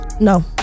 No